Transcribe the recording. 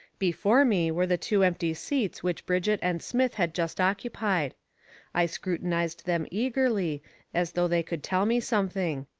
before me, were the two empty seats which brigitte and smith had just occupied i scrutinized them eagerly as though they could tell me something.